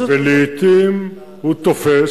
ולעתים הוא תופס.